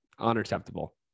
unacceptable